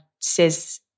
says